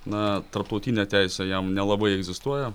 na tarptautinė teisė jam nelabai egzistuoja